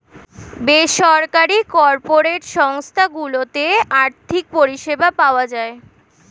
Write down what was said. বেসরকারি কর্পোরেট সংস্থা গুলোতে আর্থিক পরিষেবা পাওয়া যায়